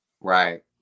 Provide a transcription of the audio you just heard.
Right